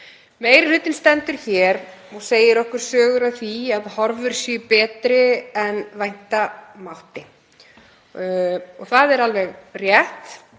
Meiri hlutinn stendur hér og segir okkur sögur af því að horfur séu betri en vænta mátti og það er alveg rétt